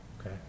okay